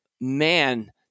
man